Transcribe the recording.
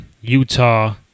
Utah